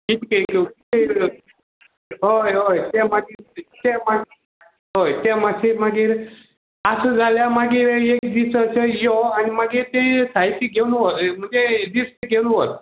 हय हय तें मागीर तें मात हय तें मातशें मागीर आसा जाल्यार मागीर एक दीस अशें यो आनी मागीर तें साहित्य घेवन लिश्ट घेवून वच